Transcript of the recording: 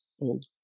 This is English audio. old